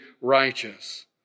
righteous